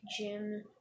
gym